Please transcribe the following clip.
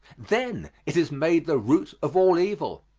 then it is made the root of all evil.